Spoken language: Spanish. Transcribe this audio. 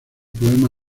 poema